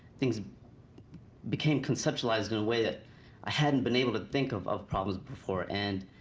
things became conceptualized in a way that i hadn't been able to think of of problems before. and,